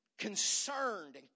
concerned